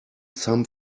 some